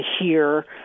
hear